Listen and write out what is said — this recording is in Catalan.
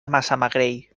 massamagrell